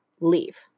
leave